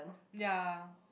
ya